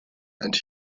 and